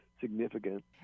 significant